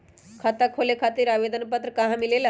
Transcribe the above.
खाता खोले खातीर आवेदन पत्र कहा मिलेला?